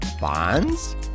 bonds